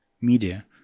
media